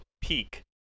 peak